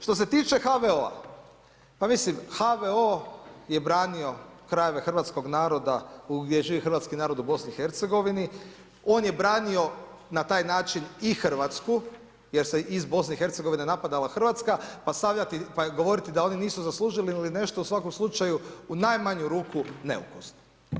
Što se tiče HVO, pa mislim HVO je branio krajeve hrvatskog naroda, gdje živi narod u BIH, on je branio na taj način i Hrvatsku, jer se iz BIH napadala Hrvatska, pa govoriti, da oni nisu zaslužili ili nešto, u svakom slučaju, u najmanju ruku neukusno.